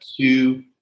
two